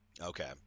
Okay